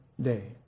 day